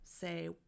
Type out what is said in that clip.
say